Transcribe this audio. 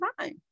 time